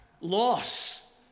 loss